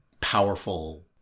powerful